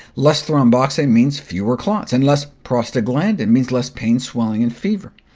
less thromboxane means fewer clots, and less prostaglandin means less pain, swelling, and fever.